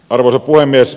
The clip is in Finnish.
arvoisa puhemies